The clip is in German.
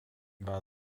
war